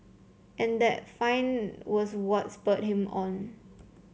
and that find was what spurred him on